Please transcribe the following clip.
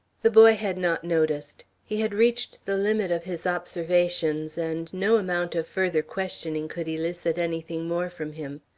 the boy had not noticed. he had reached the limit of his observations, and no amount of further questioning could elicit anything more from him.